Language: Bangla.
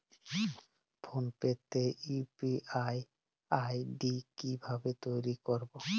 ফোন পে তে ইউ.পি.আই আই.ডি কি ভাবে তৈরি করবো?